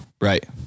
Right